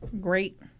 Great